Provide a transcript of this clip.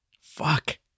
Fuck